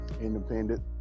Independent